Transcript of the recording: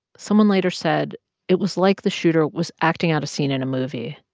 someone later said it was like the shooter was acting out a scene in a movie.